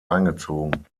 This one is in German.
eingezogen